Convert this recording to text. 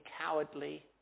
cowardly